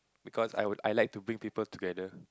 because I would I like to bring people together